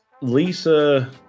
Lisa